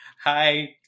hi